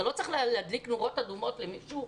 זה לא צריך להדליק נורות אדומות אצל מישהו?